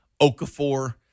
Okafor